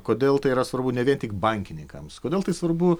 kodėl tai yra svarbu ne tik bankininkams kodėl tai svarbu